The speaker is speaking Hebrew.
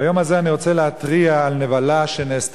ביום הזה אני רוצה להתריע על נבלה שנעשתה